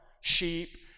sheep